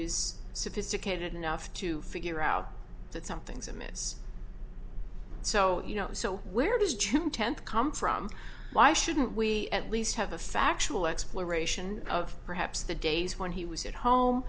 is sophisticated enough to figure out that something's amiss so you know so where does june tenth come from why shouldn't we at least have a factual exploration of perhaps the days when he was at home